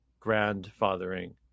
grandfathering